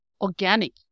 organic